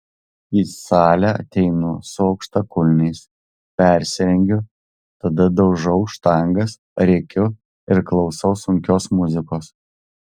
į salę ateinu su aukštakulniais persirengiu tada daužau štangas rėkiu ir klausau sunkios muzikos